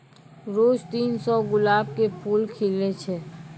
रोज तीन सौ गुलाब के फूल खिलै छै